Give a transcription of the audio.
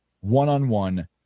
One-on-one